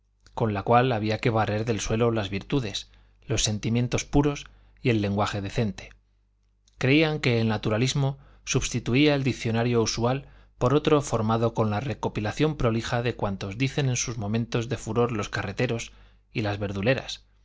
con la cual había de barrer del suelo las virtudes los sentimientos puros y el lenguaje decente creían que el naturalismo substituía el diccionario usual por otro formado con la recopilación prolija de cuanto dicen en sus momentos de furor los carreteros y verduleras